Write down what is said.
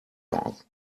sorgen